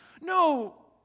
No